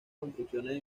construcciones